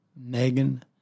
Megan